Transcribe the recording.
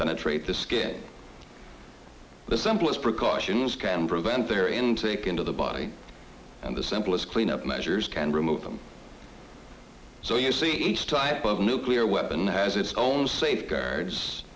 penetrate the skin the simplest precautions can prevent their intake into the body and the simplest clean up measures can remove them so you see each type of nuclear weapon has its own safeguards